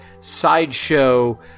sideshow